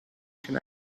can